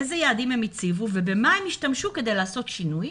איזה יעדים הם הציבו ובמה הן השתמשו כדי לעשות שינוי.